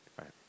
Right